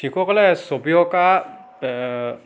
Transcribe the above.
শিশুসকলে ছবি অঁকা